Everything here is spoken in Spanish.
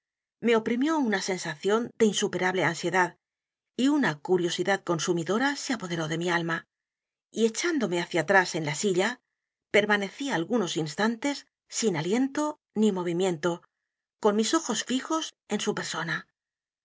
me oprimió una sensación de insuperable ansiedad y una curiosidad consumidora se apoderó de mi a l m a y echándome hacia atrás en la silla permanecí algunos instantes sin aliento ni movimiento con mis ojos fijos en su persona